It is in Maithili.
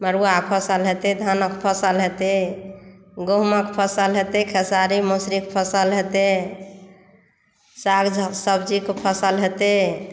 मड़ुआ फसल हेतै धानक फसल हेतै गहूँमक फसल हेतै खेसारी मौसरीक फसल हेतै साग सब्जीक फसल हेतै